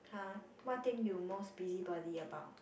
!huh! what thing you most busybody about